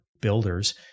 builders